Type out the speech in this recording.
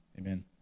Amen